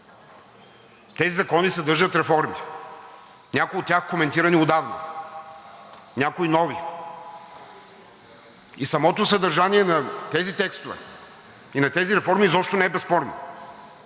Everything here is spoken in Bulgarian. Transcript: Тези закони съдържат реформи, някои от тях коментирани отдавна, някои нови. И самото съдържание на тези текстове и на тези реформи изобщо не е безспорно.